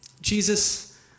Jesus